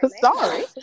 Sorry